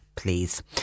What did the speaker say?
please